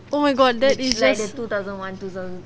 oh my god that is just